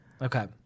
Okay